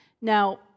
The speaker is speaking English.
Now